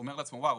אומר לעצמו וואו,